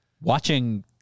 Watching